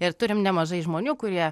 ir turim nemažai žmonių kurie